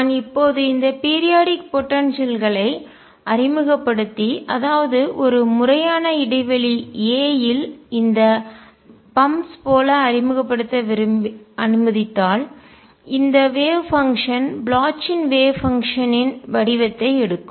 நான் இப்போது இந்த பீரியாடிக் போடன்சியல்களை குறிப்பிட்ட கால இடைவெளி ஆற்றல் அறிமுகப்படுத்தி அதாவது ஒரு முறையான இடைவெளி a யில் இதை பம்ப்ஸ் bumps புடைப்புகள் போல அறிமுகப்படுத்த அனுமதித்தால் இந்த வேவ் பங்ஷன் அலை செயல்பாடு ப்ளோச்சின் வேவ் பங்ஷன்னின் அலை செயல்பாட்டின் வடிவத்தை எடுக்கும்